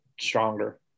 stronger